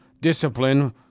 discipline